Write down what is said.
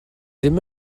ddim